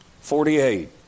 Forty-eight